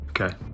Okay